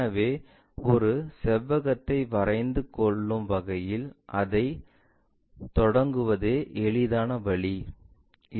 எனவே ஒரு செவ்வகத்தை வரைந்து கொள்ளும் வகையில் அதைத் தொடங்குவதே எளிதான வழி